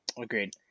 agreed